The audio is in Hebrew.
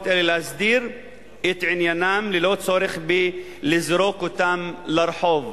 אלה להסדיר את עניינן בלי צורך לזרוק אותן לרחוב.